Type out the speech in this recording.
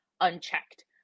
unchecked